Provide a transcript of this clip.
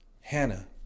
Hannah